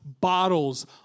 bottles